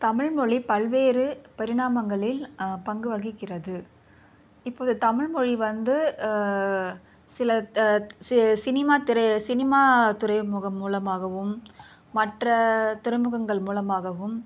தமிழ்மொழி பல்வேறு பரிணாமங்களில் பங்கு வகிக்கிறது இப்போது தமிழ்மொழி வந்து சில த சே சினிமா திரையில சினிமாத்துறை முக மூலமாகவும் மற்ற துறைமுகங்கள் மூலமாகவும்